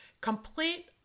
Complete